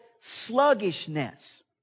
sluggishness